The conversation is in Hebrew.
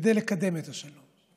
כדי לקדם את השלום.